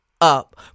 up